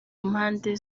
mpande